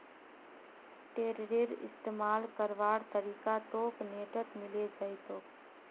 टेडरेर इस्तमाल करवार तरीका तोक नेटत मिले जई तोक